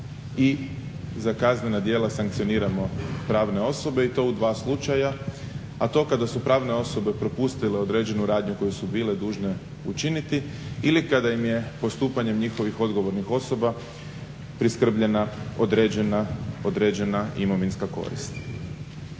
i za kaznena djela sankcioniramo pravne osobe i to u dva slučaja. A to kada su pravne osobe propustile određenu radnju koje su bile dužne učiniti ili kada im je postupanjem njihovih odgovornih osoba priskrbljena određena imovinska korist.